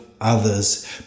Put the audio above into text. others